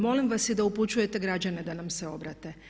Molim vas da i upućujete građane da nam se obrate.